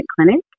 clinic